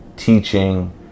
Teaching